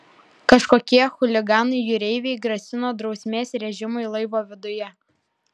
kažkokie chuliganai jūreiviai grasino drausmės režimui laivo viduje